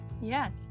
Yes